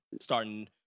starting